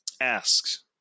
asks